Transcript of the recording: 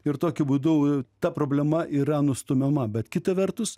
ir tokiu būdu ta problema yra nustumiama bet kita vertus